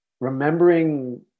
remembering